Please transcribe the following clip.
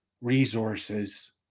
resources